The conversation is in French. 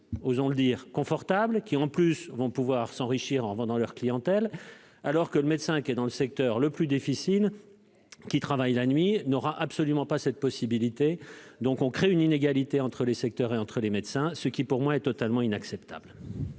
jeunes. Ils vont donc, en plus, pouvoir s'enrichir en vendant leur clientèle, alors que les médecins des secteurs les plus difficiles, qui travaillent la nuit, n'auront absolument pas cette possibilité. On crée ainsi une inégalité entre les secteurs et entre les médecins, ce qui pour moi est totalement inacceptable